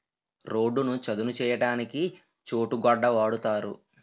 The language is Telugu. రోడ్డును చదును చేయడానికి చోటు గొడ్డ వాడుతారు